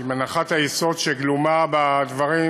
עם הנחת היסוד שגלומה בדברים,